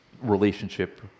relationship